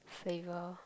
table